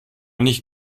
nicht